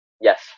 Yes